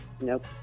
Nope